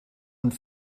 und